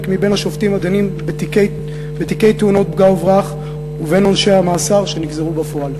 מהשופטים הדנים בתיקי תאונות פגע-וברח ובין עונשי המאסר שנגזרו בפועל.